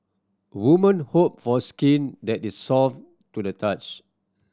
woman hope for skin that is soft to the touch